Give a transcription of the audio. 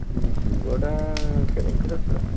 ସିଙ୍ଗଡ଼ା କେବେ ଦରକାର